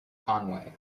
conway